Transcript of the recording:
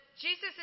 Jesus